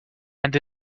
and